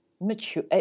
mature